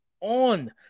on